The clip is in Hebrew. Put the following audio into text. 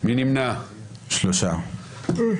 3 נמנעים.